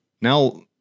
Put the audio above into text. now